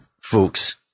folks